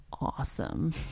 awesome